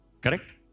Correct